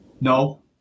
No